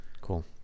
Cool